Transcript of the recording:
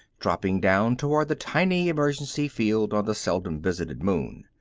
dropping down toward the tiny emergency field on the seldom visited moon.